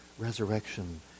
resurrection